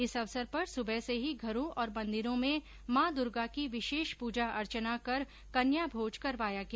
इस अवसर पर सुबह से ही घरों और मन्दिरों में माँ दूर्गा की विशेष पूजा अर्चना कर कन्या भोज करवाया गया